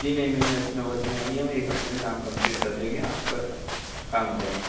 जी नहीं मेम ऐसी नौबत नहीं आएगी हम एक हफ़्ते में काम कंप्लीट कर देंगे आपका काम हो जाएगा